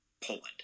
Poland